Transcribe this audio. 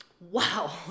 Wow